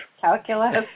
calculus